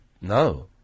No